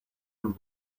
and